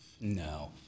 No